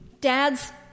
Dads